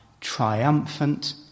triumphant